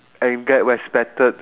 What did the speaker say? and get respected